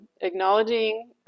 acknowledging